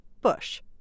Bush